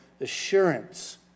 assurance